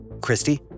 Christy